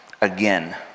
again